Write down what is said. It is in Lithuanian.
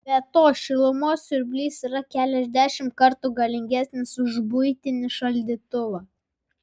be to šilumos siurblys yra keliasdešimt kartų galingesnis už buitinį šaldytuvą